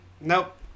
Nope